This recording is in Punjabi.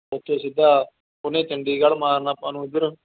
ਉੱਥੇ ਸਿੱਧਾ ਉਹਨੇ ਚੰਡੀਗੜ੍ਹ ਮਾਰਨਾ ਆਪਾਂ ਨੂੰ ਇੱਧਰ